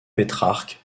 pétrarque